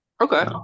Okay